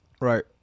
Right